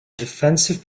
defensive